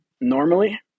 normally